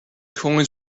coins